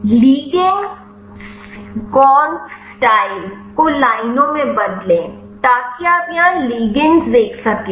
ligand conformer style को लाइनों में बदलें ताकि आप यहां लिगंडस देख सकें इस विकल्प पर क्लिक करें